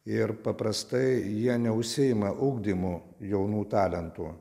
ir paprastai jie neužsiima ugdymu jaunų talentų